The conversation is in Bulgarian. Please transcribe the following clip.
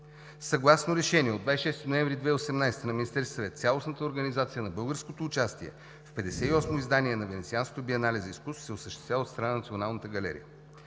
Съгласно Решение от 26 ноември 2018 г. на Министерския съвет цялостната организация на българското участие в 58-ото издание на Венецианското биенале за изкуство се осъществява от страна на Националната галерия.